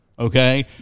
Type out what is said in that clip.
Okay